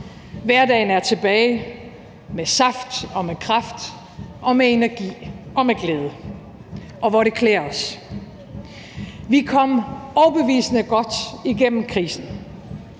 hverdagen er tilbage med saft og med kraft og med energi og med glæde – og hvor det klæder os. Vi kom overbevisende godt igennem krisen.